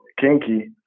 Kinky